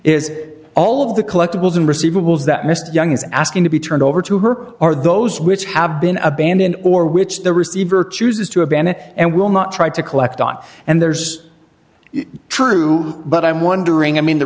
is all of the collectibles and receivables that mr young is asking to be turned over to her are those which have been abandoned or which the receiver chooses to abandon and will not try to collect on and there's true but i'm wondering i mean the